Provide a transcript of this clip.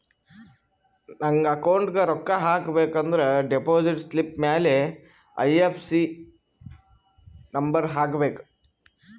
ನಂಗ್ ಅಕೌಂಟ್ಗ್ ರೊಕ್ಕಾ ಹಾಕಬೇಕ ಅಂದುರ್ ಡೆಪೋಸಿಟ್ ಸ್ಲಿಪ್ ಮ್ಯಾಲ ಐ.ಎಫ್.ಎಸ್.ಸಿ ನಂಬರ್ ಹಾಕಬೇಕ